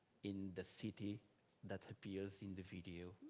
in the city that appears in the video.